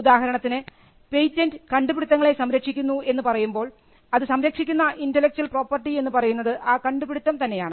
ഉദാഹരണത്തിന് പേറ്റൻറ് കണ്ടുപിടിത്തങ്ങളെ സംരക്ഷിക്കുന്നു എന്ന് പറയുമ്പോൾ അത് സംരക്ഷിക്കുന്ന ഇന്റെലക്ച്വൽ പ്രോപ്പർട്ടി എന്ന് പറയുന്നത് ആ കണ്ടുപിടിത്തം തന്നെയാണ്